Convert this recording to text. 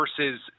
versus